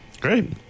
Great